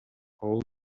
all